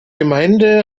gemeinde